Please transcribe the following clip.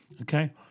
Okay